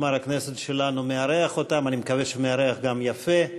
משמר הכנסת שלנו מארח אותם, אני מקווה שמארח יפה.